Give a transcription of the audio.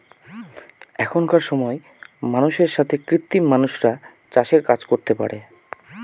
এখনকার সময় মানুষের সাথে কৃত্রিম মানুষরা চাষের কাজ করতে পারে